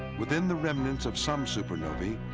within the remnants of some supernovae,